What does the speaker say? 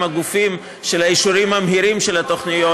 הגופים של האישורים המהירים של התוכניות,